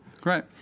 Great